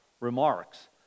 remarks